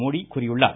மோடி கூறியுள்ளார்